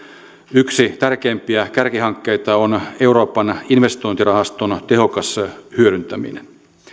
yksi tärkeimpiä kärkihankkeita on euroopan investointirahaston tehokas hyödyntäminen